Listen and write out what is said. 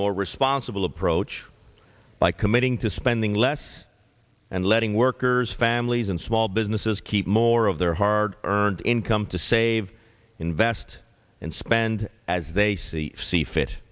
more responsible approach by committing to spending less and letting workers families and small businesses keep more of their hard earned income to save invest and spend as they see fit see fit